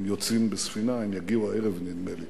הם יוצאים בספינה ונדמה לי